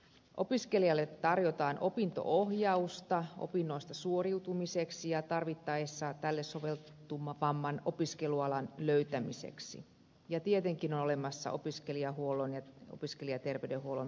opiskelijalle tarjotaan opinto ohjausta opinnoista suoriutumiseksi ja tarvittaessa tälle soveltuvamman opiskelualan löytämiseksi ja tietenkin on olemassa opiskelijahuollon ja opiskelijaterveydenhuollon palvelut